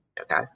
Okay